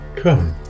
Come